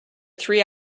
three